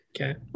Okay